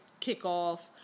kickoff